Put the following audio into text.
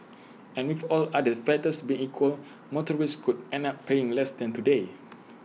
and with all other factors being equal motorists could end up paying less than today